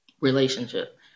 relationship